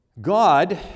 God